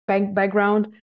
background